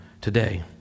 today